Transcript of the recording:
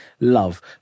love